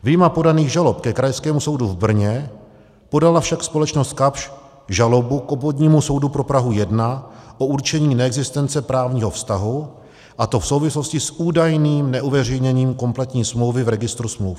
Vyjma podaných žalob ke Krajskému soudu v Brně podala však společnost Kapsch žalobu k Obvodnímu soudu pro Prahu 1 o určení neexistence právního vztahu, a to v souvislosti s údajným neuveřejněním kompletní smlouvy v registru smluv.